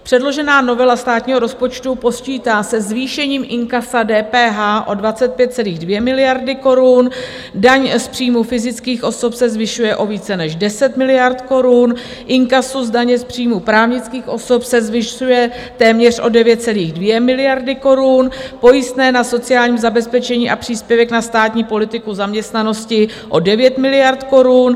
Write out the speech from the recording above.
Předložená novela státního rozpočtu počítá se zvýšením inkasa DPH o 25,2 miliardy korun, daň z příjmů fyzických osob se zvyšuje o více než 10 miliard korun, inkaso z daně z příjmů právnických osob se zvyšuje téměř o 9,2 miliardy korun, pojistné na sociální zabezpečení a příspěvek na státní politiku zaměstnanosti o 9 miliard korun.